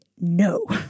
no